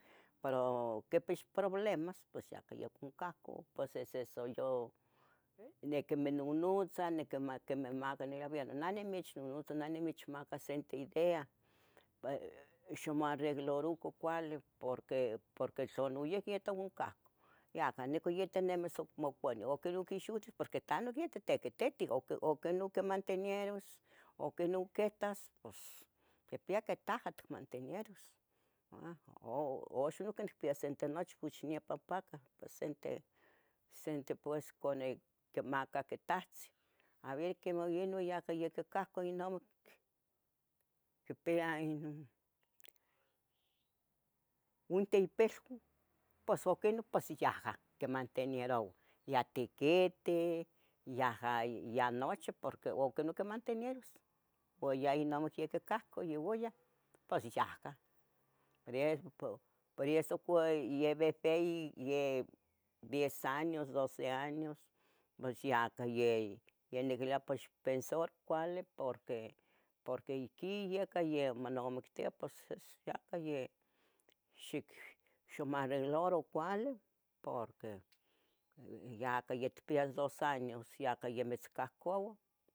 Pero oquipix problemas pos yaca yoconcahcu, pos ese soy yo, niquiminonotza niqui meh quemeh maca niquimiluia nah namechnontza nah namechmaca sente idea, pe ximoarreglaroca cuali, porque, porque tla noiqui yotoncahcu, yaca nicah yitenimis acmo cuali, oquinoc in xiuitl, porque tah nohqui titiquititiu, uquih, uquih non quimanteneros, uquih non quitas, pos quipia que taha ticmantenieros, a, uuxan oc nicpia sente nochpoch niepa ompacah, ompa sente, sente pues cone quimacac itahztin, a ver quiemah ino yacah quicahcau inomic. Quipia ino unte impilua, pos aquih non, pos iyaha quimanteneroua, ya tiquiti, yaha ya nochi porque uquih non quimanteneros, po ya inomic oquicahcau ya oyah pos yahca, pero yeh po y eso cue y behbei diez años doce años, pos yacah yeh ya niquiluia pos ixpensaro cuali, porque porque ihqui yaca ayamo monamictia pos es yahca yeh ximarreglaro cuali porque, yaca yacpia dos años yaca yamitzcahcauah.